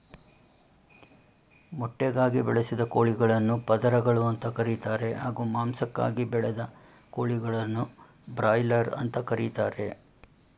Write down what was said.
ಮೊಟ್ಟೆಗಾಗಿ ಬೆಳೆಸಿದ ಕೋಳಿಗಳನ್ನು ಪದರಗಳು ಅಂತ ಕರೀತಾರೆ ಹಾಗೂ ಮಾಂಸಕ್ಕಾಗಿ ಬೆಳೆದ ಕೋಳಿಗಳನ್ನು ಬ್ರಾಯ್ಲರ್ ಅಂತ ಕರೀತಾರೆ